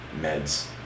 meds